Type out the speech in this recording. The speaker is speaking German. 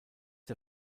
der